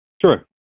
Sure